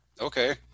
Okay